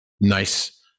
nice